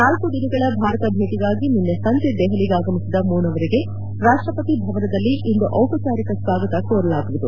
ನಾಲ್ಲು ದಿನಗಳ ಭಾರತ ಭೇಟಿಗಾಗಿ ನಿನ್ನೆ ಸಂಜೆ ದೆಹಲಿಗೆ ಆಗಮಿಸಿದ ಮೂನ್ ಅವರಿಗೆ ರಾಷ್ಷಪತಿ ಭವನದಲ್ಲಿ ಇಂದು ಔಪಚಾರಿಕ ಸ್ನಾಗತ ಕೋರಲಾಗುವುದು